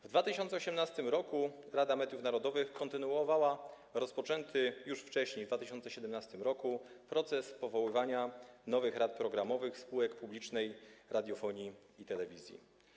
W 2018 r. Rada Mediów Narodowych kontynuowała rozpoczęty już wcześniej, w 2017 r. proces powoływania nowych rad programowych spółek publicznej radiofonii i telewizji.